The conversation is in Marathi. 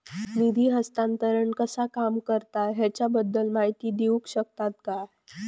निधी हस्तांतरण कसा काम करता ह्याच्या बद्दल माहिती दिउक शकतात काय?